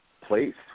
place